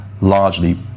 largely